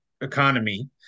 economy